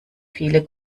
viele